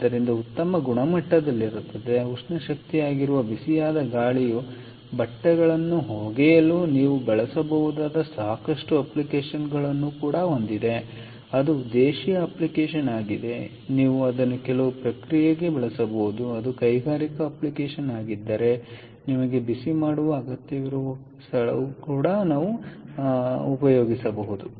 ಆದ್ದರಿಂದ ಉತ್ತಮ ಗುಣಮಟ್ಟದಲ್ಲಿ ಉಷ್ಣ ಶಕ್ತಿಯಾಗಿರುವ ಬಿಸಿಯಾದ ಗಾಳಿಯು ಬಟ್ಟೆಗಳನ್ನು ಒಗೆಯಲು ನೀವು ಬಳಸಬಹುದಾದ ಸಾಕಷ್ಟು ಅಪ್ಲಿಕೇಶನ್ ಗಳನ್ನು ಹೊಂದಿದೆ ಅದು ದೇಶೀಯ ಅಪ್ಲಿಕೇಶನ್ ಆಗಿದ್ದರೆ ನೀವು ಅದನ್ನು ಕೆಲವು ಪ್ರಕ್ರಿಯೆಗೆ ಬಳಸಬಹುದು ಅದು ಕೈಗಾರಿಕಾ ಅಪ್ಲಿಕೇಶನ್ ಆಗಿದ್ದರೆ ಕೆಲವು ಬಿಸಿ ಮಾಡುವ ಕಾರ್ಯಗಳಿಗೆ ಬಳಸಬಹುದು